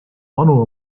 vanu